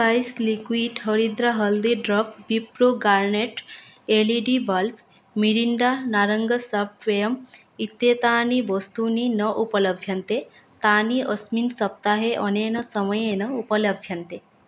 spice liquid हरिद्रा हल्दी drop Wipro Garnet L E D bulb Mirinda नारङ्गसाफ़्ट् पेयम् इत्येतानि वस्तूनि न उपलभ्यन्ते तानि अस्मिन् सप्ताहे अनेन उपलभ्यन्ते